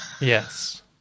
Yes